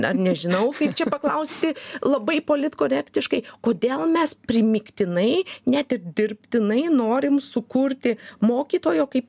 dar nežinau kaip čia paklausti labai politkorektiškai kodėl mes primygtinai ne ir dirbtinai norim sukurti mokytojo kaip